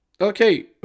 Okay